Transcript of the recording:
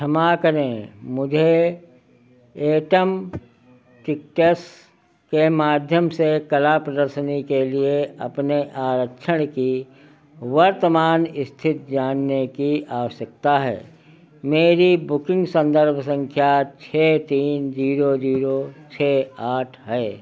क्षमा करें मुझे एटम टिकट्स के माध्यम से कला प्रदर्शनी के लिए अपने आरक्षण की वर्तमान स्थिति जानने की आवश्यकता है मेरी बुकिंग संदर्भ संख्या छः तीन जीरो जीरो छः आठ है